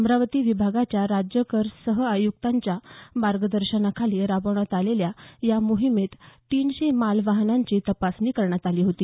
अमरावती विभागाच्या राज्यकर सह आयुक्तांच्या मार्गदर्शनाखाली राबविण्यात आलेल्या या मोहिमेत तीनशे माल वाहनांची तपासणी करण्यात आली होती